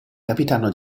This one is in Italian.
capitano